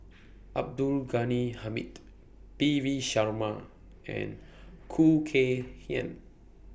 Abdul Ghani Hamid P V Sharma and Khoo Kay Hian